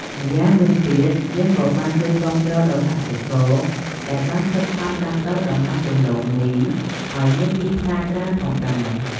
ម្យ៉ាងវិញទៀត យើងក៏បានជួយគាំទ្រដល់កសិករ ដែលបានខិតខំដាំដុះដំណាំដំទ្បូងមីឱ្យមានទីផ្សារច្រើនផងដែរ។